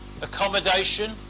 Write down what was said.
accommodation